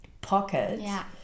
pocket